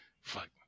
Fuck